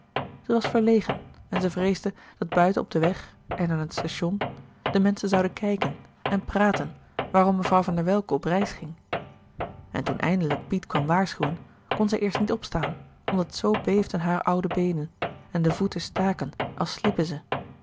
zij was verlegen en zij vreesde dat buiten op den weg en aan het station de menschen zouden kijken en praten waarom mevrouw van der welcke op reis ging en toen eindelijk piet kwam waarschuwen kon zij eerst niet opstaan omdat zoo beefden haar oude beenen en de voeten staken als sliepen ze